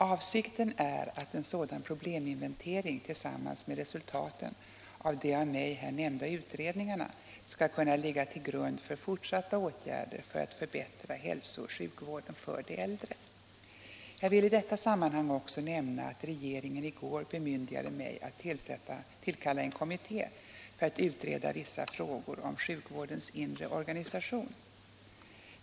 Avsikten är att en sådan probleminventering tillsammans med resultaten av de av mig här nämnda utredningarna skall kunna ligga till grund för fortsatta åtgärder för att förbättra hälsooch sjukvården för de äldre. Jag vill i detta sammanhang också nämna att regeringen i går bemyndigade mig att tillkalla en kommitté för att utreda vissa frågor om sjukvårdens inre organisation.